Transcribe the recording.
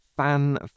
fan